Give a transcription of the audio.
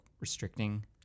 restricting